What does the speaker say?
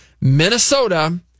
Minnesota